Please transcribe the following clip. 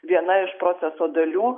viena iš proceso dalių